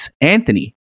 anthony